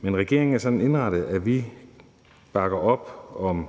men regeringen er sådan indrettet, at vi bakker op om